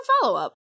follow-up